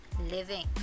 living